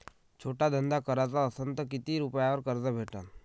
छोटा धंदा कराचा असन तर किती रुप्यावर कर्ज भेटन?